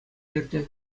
иртӗ